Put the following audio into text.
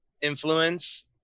influence